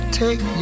take